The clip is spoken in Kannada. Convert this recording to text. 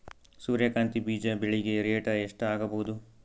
ಸೂರ್ಯ ಕಾಂತಿ ಬೀಜ ಬೆಳಿಗೆ ರೇಟ್ ಎಷ್ಟ ಆಗಬಹುದು?